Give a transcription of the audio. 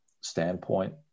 standpoint